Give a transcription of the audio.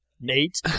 Nate